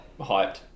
hyped